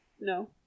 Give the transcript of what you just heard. No